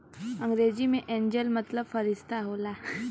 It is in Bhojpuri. अंग्रेजी मे एंजेल मतलब फ़रिश्ता होला